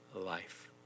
life